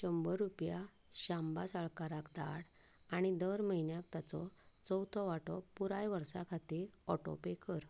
शंबर रुपया शांबा साळकाराक धाड आनी दर म्हयन्याक ताचो चवथो वांटो पुराय वर्सा खातीर ऑटोपे कर